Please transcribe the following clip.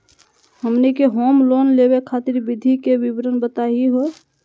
हमनी के home loan लेवे खातीर विधि के विवरण बताही हो?